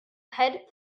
head